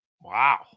Wow